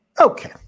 Okay